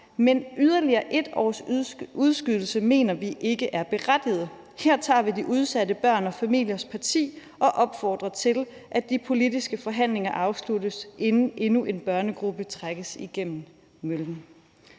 men yderligere et års udskydelse mener vi ikke er berettiget. Her tager vi de udsatte børn og familiers parti, og opfordrer til, at de politiske forhandlinger afsluttes inden endnu en børnegruppe trækkes igennem møllen.«